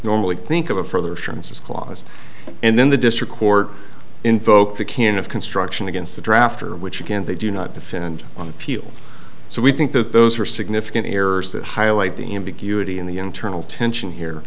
normally think of a further assurances clause and then the district court invoked the can of construction against the drafter which again they do not defend on appeal so we think that those are significant errors that highlight the ambiguity in the internal tension here